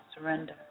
surrender